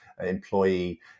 employee